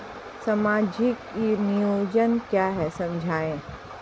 सामाजिक नियोजन क्या है समझाइए?